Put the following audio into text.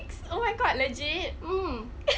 oh my god legit